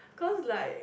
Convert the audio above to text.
cause like